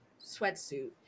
sweatsuit